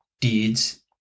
deeds